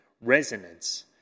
resonance